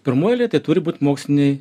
pirmoj eilėj tai turi būt moksliniai